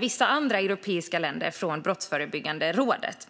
vissa andra europeiska länder.